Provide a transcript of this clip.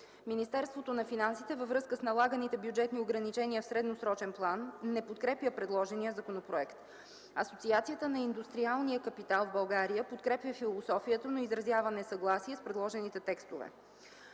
Министерството на финансите, във връзка с налаганите бюджетни ограничение в средносрочен план, не подкрепя предложения законопроект. Асоциацията на индустриалния капитал в България подкрепя философията, но изразява несъгласие с предложените текстове.